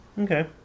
okay